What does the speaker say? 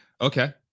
okay